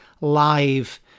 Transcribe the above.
live